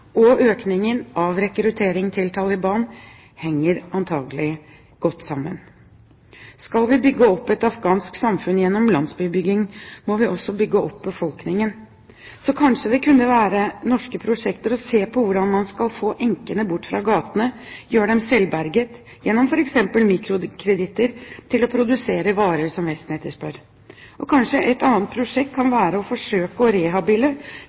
og økningen av rekruttering til Taliban henger antakelig godt sammen. Skal vi bygge opp et afghansk samfunn gjennom landsbybygging, må vi også bygge opp befolkningen. Så kanskje det kunne være norske prosjekter som så på hvordan man skal få enkene bort fra gatene og gjøre dem selvberget, gjennom f.eks. mikrokreditter, til å produsere varer som Vesten etterspør. Kanskje et annet prosjekt kan være å forsøke å